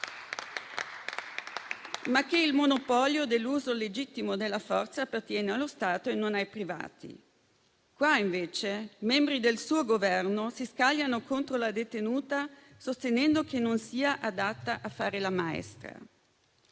ma che il monopolio dell'uso legittimo della forza appartiene allo Stato e non ai privati. Qui, invece, membri del suo Governo si scagliano contro la detenuta, sostenendo che non sia adatta a fare la maestra.